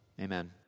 Amen